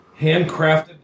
handcrafted